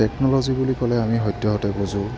technology বুলি ক'লে আমি সদ্যহতে বুজোঁ